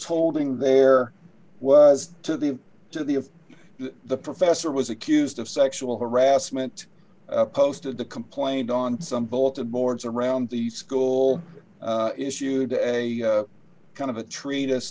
holding there was to the to the if the professor was accused of sexual harassment posted the complaint on some bulletin boards around the school issued as a kind of a treat